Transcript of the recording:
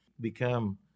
become